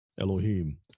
Elohim